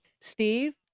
Steve